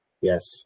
yes